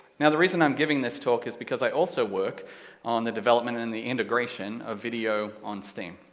now the reason i'm giving this talk is because i also work on the development and the integration of video on steam.